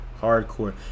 hardcore